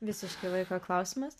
visiškai laiko klausimas